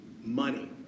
money